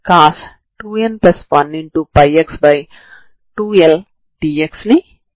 ఇది వాస్తవానికి u2x0 t0 అవుతుంది